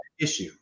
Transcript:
issue